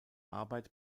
arbeit